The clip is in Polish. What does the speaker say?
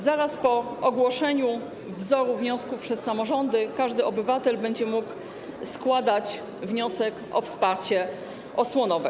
Zaraz po ogłoszeniu wzoru wniosku przez samorządy każdy obywatel będzie mógł składać wniosek o wsparcie osłonowe.